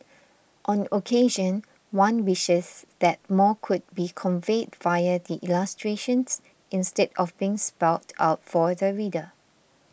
on occasion one wishes that more could be conveyed via the illustrations instead of being spelt out for the reader